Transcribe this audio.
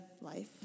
life